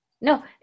No